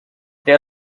there